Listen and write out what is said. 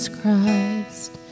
Christ